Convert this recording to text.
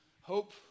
hope